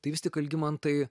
tai vis tik algimantai